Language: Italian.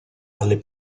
alle